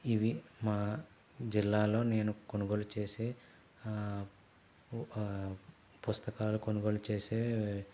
ఇవి మా జిల్లాలో నేను కొనుగోలు చేసే పు పుస్తకాలు కొనుగోలు చేసే